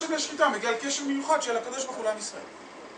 גם שחיטה בגלל קשר מיוחד של הקדוש ברוך הוא לעם ישראל.